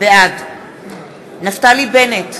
בעד נפתלי בנט,